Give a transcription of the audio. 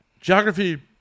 geography